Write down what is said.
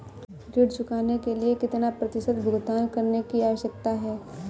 ऋण चुकाने के लिए कितना प्रतिशत भुगतान करने की आवश्यकता है?